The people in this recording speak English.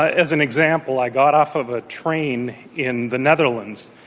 as an example, i got off of a train in the netherlands,